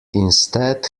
instead